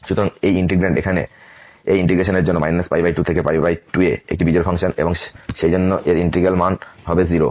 সুতরাং এই ইন্টিগ্র্যান্ড এখানে এই ইন্টিগ্রেশন এর জন্য 2 থেকে 2 এ একটি বিজোড় ফাংশন এবং সেইজন্য এই ইন্টিগ্র্যাল মান হবে 0